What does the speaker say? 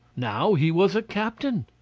now, he was a captain!